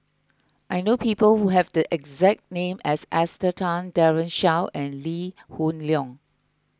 I know people who have the exact name as Esther Tan Daren Shiau and Lee Hoon Leong